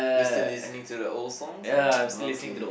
you still listening to their old songs ya okay